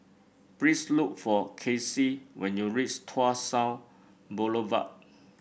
please look for Kasey when you reach Tuas South Boulevard